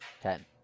Ten